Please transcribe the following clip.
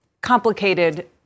complicated